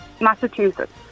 Massachusetts